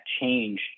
change